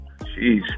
Jeez